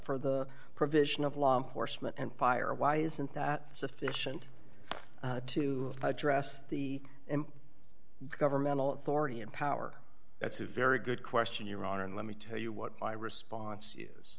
for the provision of law enforcement and fire why isn't that sufficient to address the governmental authority and power that's a very good question your honor and let me tell you what my response is